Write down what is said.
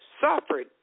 Suffered